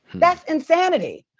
that's insanity.